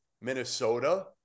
Minnesota